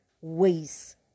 ways